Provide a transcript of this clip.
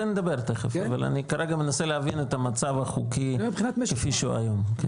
נדבר תכף אבל כרגע אני מנסה להבין את המצב החוקי כפי שהוא היום.